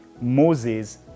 Moses